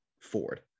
Ford